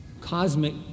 Cosmic